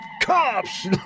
Cops